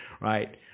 right